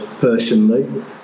personally